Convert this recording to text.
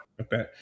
Okay